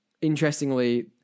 Interestingly